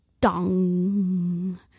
dong